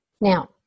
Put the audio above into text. Now